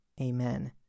Amen